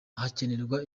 hakenerwa